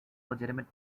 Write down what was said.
legitimate